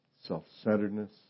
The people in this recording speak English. self-centeredness